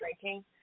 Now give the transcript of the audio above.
drinking